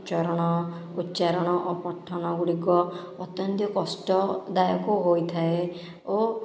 ଉଚ୍ଚାରଣ ଉଚ୍ଚାରଣ ଓ ପଠନ ଗୁଡ଼ିକ ଅତ୍ୟନ୍ତ କଷ୍ଟଦାୟକ ହୋଇଥାଏ ଓ